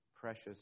precious